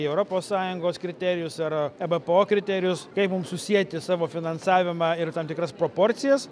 į europos sąjungos kriterijus ar ebpo kriterijus kaip mums susieti savo finansavimą ir tam tikras proporcijas